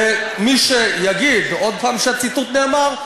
ומי שיגיד עוד פעם שהציטוט נאמר,